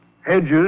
Hedges